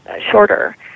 shorter